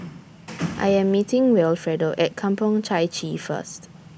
I Am meeting Wilfredo At Kampong Chai Chee First